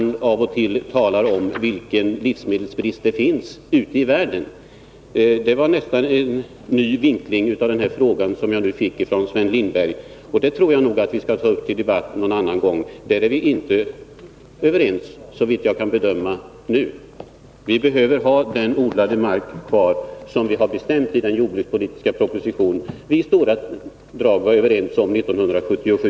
Då och då talar vi ju om livsmedelsbristen ute i världen. Sven Lindberg gav oss nu nästan en ny vinkling av frågan. En annan gång bör vi nog ta upp detta till debatt. Här är vi, såvitt jag kan bedöma, inte överens. Vi behöver ha kvar den odlade mark som bestämts i den jordbrukspolitiska proposition som vi i stora drag var överens om 1977.